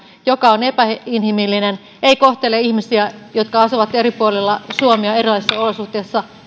joka on epäinhimillinen ja joka ei kohtele yhdenvertaisella tavalla ihmisiä jotka asuvat eri puolilla suomea erilaisissa olosuhteissa